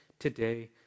today